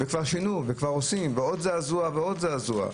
כבר שינו וכבר עושים ועוד זעזוע ועוד זעזוע.